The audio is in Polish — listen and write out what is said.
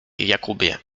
jakubie